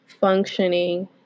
functioning